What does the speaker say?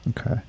Okay